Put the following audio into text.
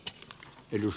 puhemies